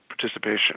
participation